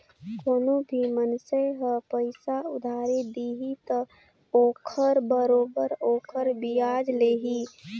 कोनो भी मइनसे ह पइसा उधारी दिही त ओखर बरोबर ओखर बियाज लेही